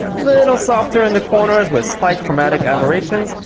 little softer in the corners with slight chromatic aberrations.